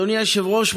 אדוני היושב-ראש,